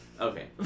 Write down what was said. Okay